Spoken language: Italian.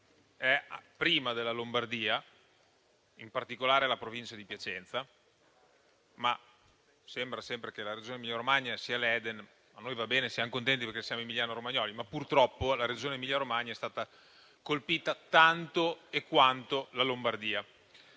è prima della Lombardia, in particolare la Provincia di Piacenza. Sembra però sempre che la Regione Emilia Romagna sia l'Eden. Per noi va bene, siamo contenti perché siamo emilianoromagnoli, ma purtroppo la nostra Regione è stata colpita tanto quanto la Lombardia.